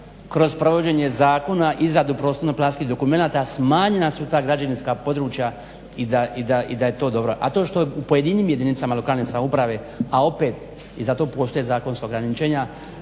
kroz provođenje zakona, izradu prostorno planskih dokumenata smanjena su ta građevinska područja i da je to dobro. A to što u pojedinim jedinicama lokalne samouprave, a opet i za to postoje zakonska ograničenja,